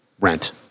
rent